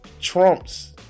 trumps